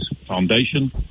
foundation